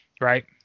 right